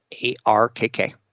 ARKK